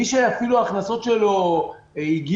אפילו מי שהמחזורים שלו ירדו